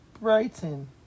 Brighton